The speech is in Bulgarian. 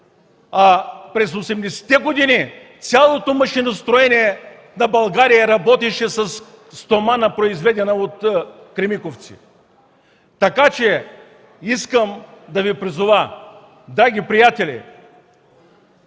а през 80-те години цялото машиностроене на България работеше със стомана, произведена от „Кремиковци”. Искам да Ви призова: драги приятели,